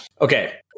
okay